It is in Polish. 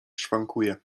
szwankuje